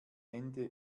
ende